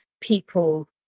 people